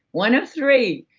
one of three,